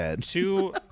two